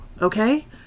okay